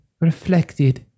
reflected